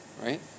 Right